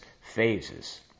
phases